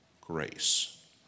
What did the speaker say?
grace